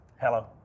Hello